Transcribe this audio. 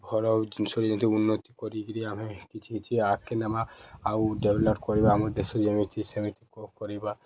ଘର ଜିନଷରେ ଯେମିତି ଉନ୍ନତି କରିକିରି ଆମେ କିଛି କିଛି ଆଗ୍କେ ନେମା ଆଉ ଡେଭ୍ଲପ୍ କରିବା ଆମ ଦେଶରେ ଯେମିତି ସେମିତି କରିବା